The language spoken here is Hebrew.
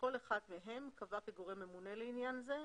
שכל אחד מהם קבע כגורם ממונה לעניין זה.